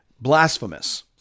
blasphemous